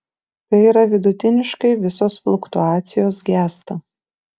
tai yra vidutiniškai visos fluktuacijos gęsta